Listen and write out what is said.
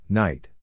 night